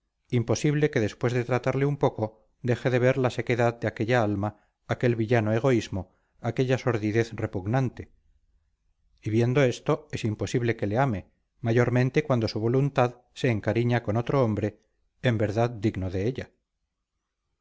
imposible que después de tratarle un poco deje de ver la sequedad de aquella alma aquel villano egoísmo aquella sordidez repugnante y viendo esto es imposible que le ame mayormente cuando su voluntad se encariña con otro hombre en verdad digno de ella